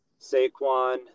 Saquon